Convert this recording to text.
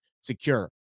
secure